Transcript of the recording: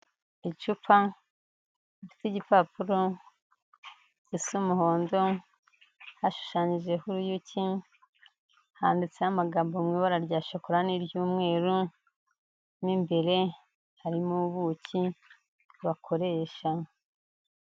Icupa rifite igipapuro gisa umuhondo hashushanyijeho uruyuki, handitseho amagambo mu ibara rya shakora n'iry'umweru, mo imbere harimo ubuki bakoresha.